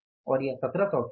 और यह 1700 क्या है